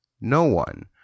no-one